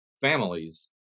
families